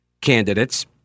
candidates